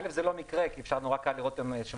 זה לא המקרה כי אפשר לראות השוואת